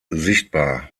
sichtbar